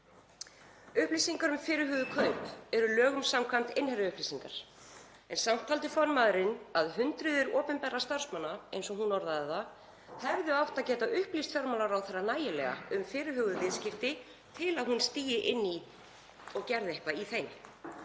Upplýsingar um fyrirhuguð kaup eru lögum samkvæmt innherjaupplýsingar, en samt taldi formaðurinn að „hundruð opinberra starfsmanna” eins og hún orðaði það, hefðu átt að getað upplýst fjármálaráðherra nægilega um fyrirhuguð viðskipti til að hún stigi inn í og gerði eitthvað í þeim,